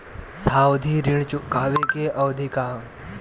सावधि ऋण चुकावे के अवधि का ह?